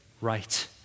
right